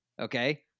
okay